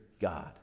God